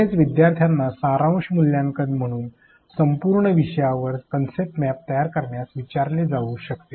तसेच विद्यार्थ्यांना सारांश मूल्यांकन म्हणून संपूर्ण विषयावर कन्सेप्ट मॅप तयार करण्यास विचारले जाऊ शकते